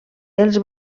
els